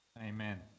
amen